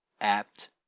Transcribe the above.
apt